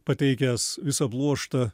pateikęs visą pluoštą